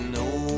no